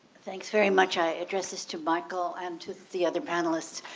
thanks very much. i addressed this to michael and to the other panelists.